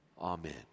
Amen